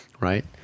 right